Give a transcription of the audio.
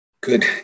Good